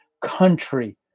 country